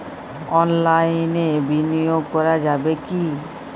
অনলাইনে বিনিয়োগ করা যাবে কি?